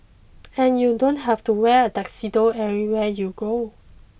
and you don't have to wear a tuxedo everywhere you go